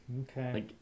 okay